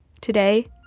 Today